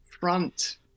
front